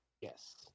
Yes